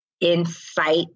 insight